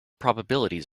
probabilities